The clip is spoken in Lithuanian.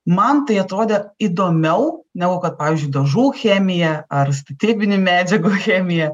man tai atrodė įdomiau negu kad pavyzdžiui dažų chemija ar statybinių medžiagų chemija